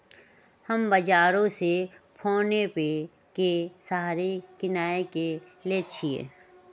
हम बजारो से फोनेपे के सहारे किनाई क लेईछियइ